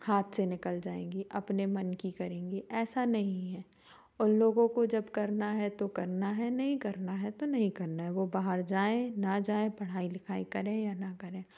हाथ से निकल जाएंगी अपने मन की करेंगी ऐसा नहीं है उन लोगों को जब करना है तो करना है नहीं करना है तो नहीं करना है वो बाहर जाएँ या न जाएँ पढ़ाई लिखाई करें या ना करें